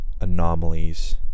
anomalies